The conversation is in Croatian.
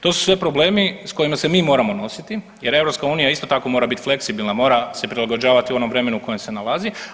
To su sve problemi sa kojima se mi moramo nositi, jer EU isto tako mora biti fleksibilna, mora se prilagođavati onom vremenu u kojem se nalazi.